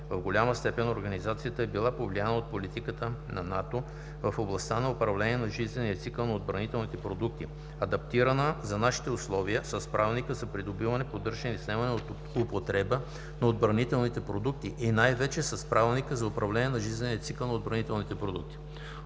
В голяма степен организацията е била повлияна от политиката на НАТО в областта на управление на жизнения цикъл на отбранителните продукти, адаптирана за нашите условия с Правилника за придобиване, поддържане и снемане от употреба на отбранителните продукти и най-вече с Правилника за управление на жизнения цикъл на отбранителните продукти.